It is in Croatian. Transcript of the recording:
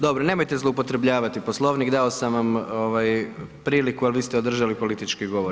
Dobro, nemojte zloupotrebljavati Poslovnik, dao sam vam priliku, a vi ste održali politički govor.